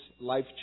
life